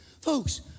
Folks